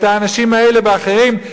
את האנשים האלה באחרים.